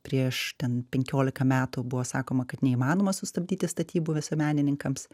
prieš ten penkiolika metų buvo sakoma kad neįmanoma sustabdyti statybų visuomenininkams